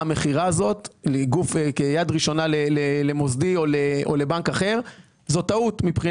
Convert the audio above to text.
המכירה הזאת כיד ראשונה למוסדי או לבנק אחר זאת טעות.